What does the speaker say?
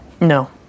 No